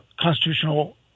constitutional